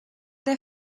der